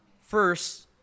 First